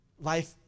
life